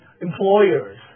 employers